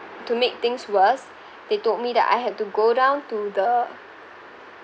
to make things worse they told me that I had to go down to the